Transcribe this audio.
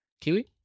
Kiwi